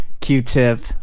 Q-Tip